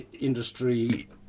industry